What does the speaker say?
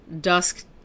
dusk